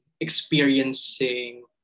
experiencing